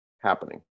happening